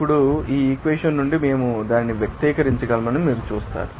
ఇప్పుడు ఈ ఈక్వెషన్ నుండి మేము దానిని వ్యక్తపరచగలమని మీరు చూస్తారు